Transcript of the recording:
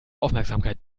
aufmerksamkeit